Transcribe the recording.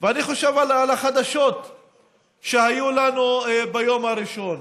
ואני חושב על החדשות שהיו לנו ביום הראשון.